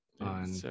on